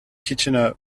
kitchener